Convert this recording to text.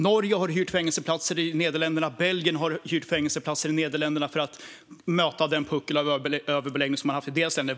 Norge och Belgien har hyrt fängelseplatser i Nederländerna för att möta den puckel av överbeläggning man haft i de länderna.